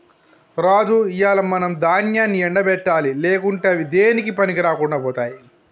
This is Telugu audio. రాజు ఇయ్యాల మనం దాన్యాన్ని ఎండ పెట్టాలి లేకుంటే అవి దేనికీ పనికిరాకుండా పోతాయి